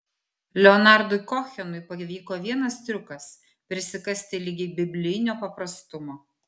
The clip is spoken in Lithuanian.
leonardui kohenui pavyko vienas triukas prisikasti ligi biblinio paprastumo